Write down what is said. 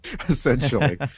Essentially